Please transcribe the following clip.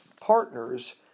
partners